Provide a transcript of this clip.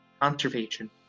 conservation